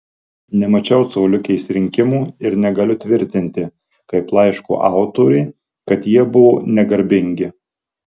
nemačiau coliukės rinkimų ir negaliu tvirtinti kaip laiško autorė kad jie buvo negarbingi